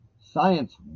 Science